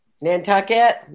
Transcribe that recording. Nantucket